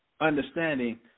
understanding